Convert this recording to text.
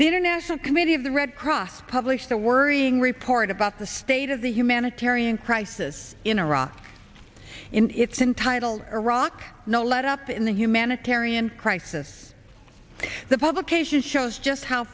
the international committee of the red cross published a worrying report about the state of the humanitarian crisis in iraq in its in title iraq no letup in the humanitarian crisis the publication shows just how